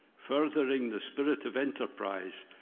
furthering the spirit of enterprise,